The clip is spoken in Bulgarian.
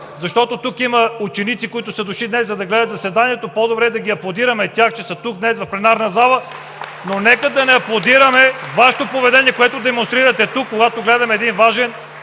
защото тук има ученици, които са дошли днес, за да гледат заседанието. По-добре да ги аплодираме тях, че са тук в пленарна зала (ръкопляскания), но нека да не аплодираме Вашето поведение, което демонстрирате тук, когато гледаме един важен